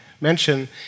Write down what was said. mention